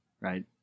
right